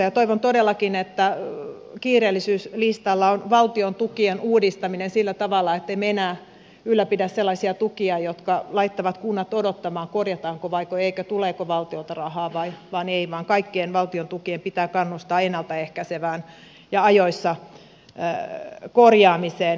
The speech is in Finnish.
ja toivon todellakin että kiireellisyyslistalla on valtion tukien uudistaminen sillä tavalla ettemme enää ylläpidä sellaisia tukia jotka laittavat kunnat odottamaan korjataanko vaiko eikö tuleeko valtiolta rahaa vai ei vaan kaikkien valtion tukien pitää kannustaa ennalta ehkäisevään ja ajoissa korjaamiseen